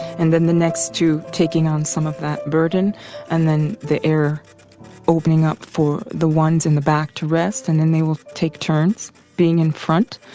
and then the next to taking on some of that burden and then the air opening up for the ones in the back to rest, and then they will take turns being in front.